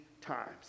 times